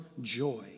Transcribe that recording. joy